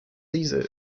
caesar